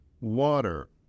water